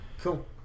cool